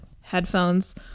headphones